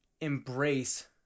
embrace